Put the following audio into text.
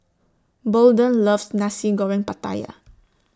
Bolden loves Nasi Goreng Pattaya